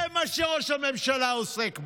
זה מה שראש הממשלה עוסק בו.